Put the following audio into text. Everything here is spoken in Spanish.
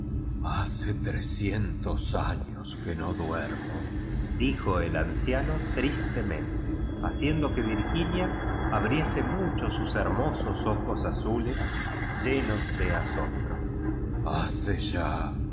hace trescientos años que no duermo dijo el anciano tristemente haciendo que virginia abriese mucho sus herniosos ojos azules llenos de asombro hace ya